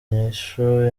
inyishu